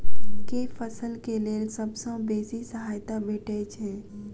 केँ फसल केँ लेल सबसँ बेसी सहायता भेटय छै?